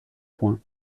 points